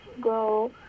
go